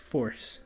Force